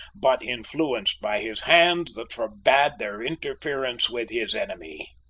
but influenced by his hand that forbade their interference with his enemy.